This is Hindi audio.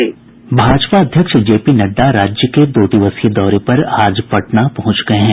भाजपा अध्यक्ष जेपी नड्डा राज्य के दो दिवसीय दौरे पर आज पटना पहुंच गये हैं